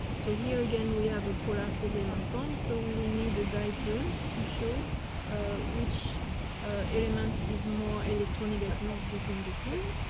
so here again we have a polar kobe and on bond. so, we will need a diaper to show which element is more electro negative between the two.